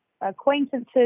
acquaintances